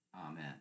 Amen